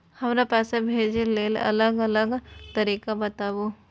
हमरा पैसा भेजै के लेल अलग अलग तरीका बताबु?